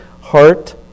heart